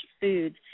foods